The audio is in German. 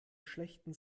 schlechten